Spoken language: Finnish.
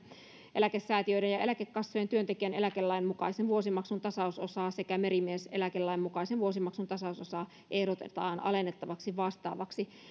eläkesäätiöiden ja eläkekassojen työntekijän eläkelain mukaisen vuosimaksun tasausosaa sekä merimieseläkelain mukaisen vuosimaksun tasausosaa ehdotetaan alennettavaksi vastaavasti